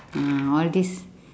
ah all these